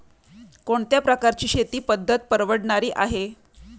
कोणत्या प्रकारची शेती पद्धत परवडणारी आहे?